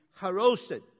haroset